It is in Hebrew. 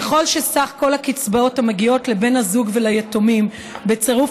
ככל שסך כל הקצבאות המגיעות לבן הזוג וליתומים בצירוף